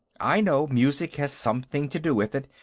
i know music has something to do with it,